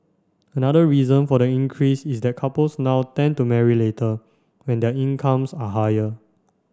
another reason for the increase is that couples now tend to marry later when their incomes are higher